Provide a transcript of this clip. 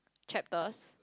chapters